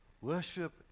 Worship